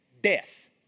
death